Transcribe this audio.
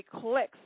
clicks